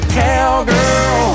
cowgirl